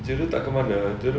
jodoh tak ke mana